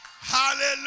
Hallelujah